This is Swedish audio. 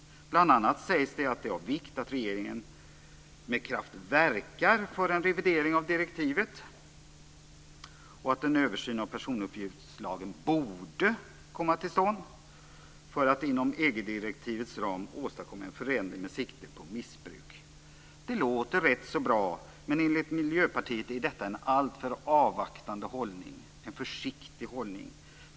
Bl.a. sägs det att det är av vikt att regeringen med kraft verkar för en revidering av direktivet och att en översyn av personuppgiftslagen borde komma till stånd för att inom EG direktivets ram åstadkomma en förändring med sikte på missbruk. Det låter rätt så bra, men enligt Miljöpartiet är detta en alltför avvaktande och försiktig hållning.